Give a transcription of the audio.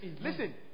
Listen